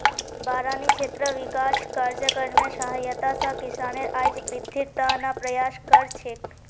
बारानी क्षेत्र विकास कार्यक्रमेर सहायता स किसानेर आइत वृद्धिर त न प्रयास कर छेक